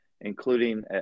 including